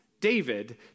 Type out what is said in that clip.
David